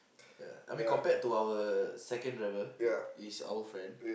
ya I mean compared to our second driver is is our friend